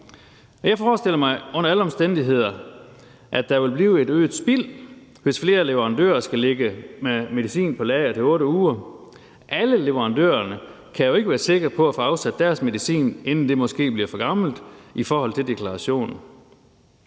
Jeg forestiller mig under alle omstændigheder, at der vil blive et øget spild, hvis flere leverandører skal have medicin på lager til 8 uger. Alle leverandørerne kan jo ikke være sikre på at få afsat deres medicin, inden det måske bliver for gammelt i forhold til deklarationen.